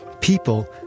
people